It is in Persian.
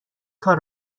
کار